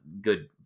good